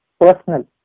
personal